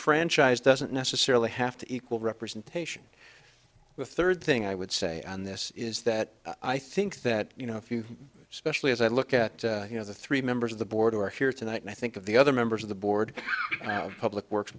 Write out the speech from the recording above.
franchise doesn't necessarily have to equal representation the third thing i would say on this is that i think that you know if you specially as i look at you know the three members of the board or here tonight and i think of the other members of the board public works